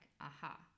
aha